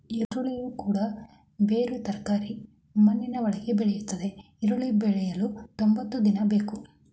ಈರುಳ್ಳಿಯು ಕೂಡ ಬೇರು ತರಕಾರಿ ಮಣ್ಣಿನ ಒಳಗೆ ಬೆಳೆಯುತ್ತದೆ ಈರುಳ್ಳಿ ಬೆಳೆಯಲು ತೊಂಬತ್ತು ದಿನ ಬೇಕು